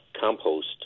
compost